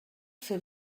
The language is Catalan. fer